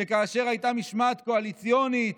שכאשר הייתה משמעת קואליציונית